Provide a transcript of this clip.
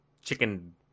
chicken